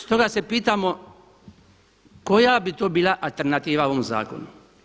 Stoga se pitamo koja bi to bila alternativa ovom zakonu?